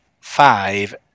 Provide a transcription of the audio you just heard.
five